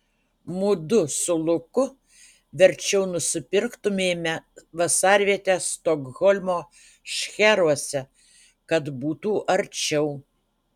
mudu su luku verčiau nusipirktumėme vasarvietę stokholmo šcheruose kad būtų arčiau